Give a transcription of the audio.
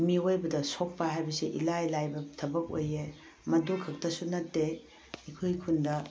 ꯃꯤꯑꯣꯏꯕꯗ ꯁꯣꯛꯄ ꯍꯥꯏꯕꯁꯤ ꯏꯂꯥꯏ ꯂꯥꯏꯕ ꯊꯕꯛ ꯑꯣꯏꯌꯦ ꯃꯗꯨ ꯈꯛꯇꯁꯨ ꯅꯠꯇꯦ ꯑꯩꯈꯣꯏ ꯈꯨꯟꯗ